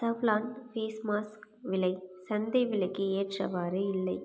ஸவ்க்லான் face mask விலை சந்தை விலைக்கு ஏற்றவாறு இல்லை